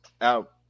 out –